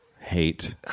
Hate